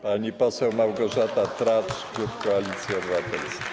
Pani poseł Małgorzata Tracz, klub Koalicji Obywatelskiej.